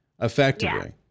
effectively